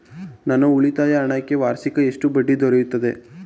ನನ್ನ ಉಳಿತಾಯ ಹಣಕ್ಕೆ ವಾರ್ಷಿಕ ಎಷ್ಟು ಬಡ್ಡಿ ದೊರೆಯುತ್ತದೆ?